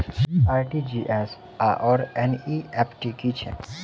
RTGS आओर NEFT की छैक?